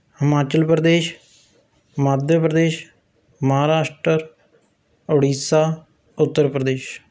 Himachal Pradesh Madhya Pradesh Maharashtra Orissa Uttar Pradesh